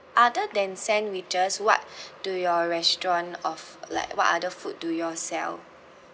other than sandwiches what do your restaurant of~ like what other food do you all sell